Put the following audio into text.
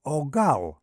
o gal